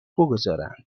بگذارند